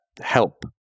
help